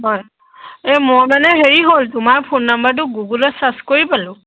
হয় এই মই মানে হেৰি হ'ল তোমাৰ ফোন নাম্বাৰটো গুগলত চাৰ্চ কৰি পালোঁ